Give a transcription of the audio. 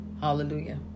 Hallelujah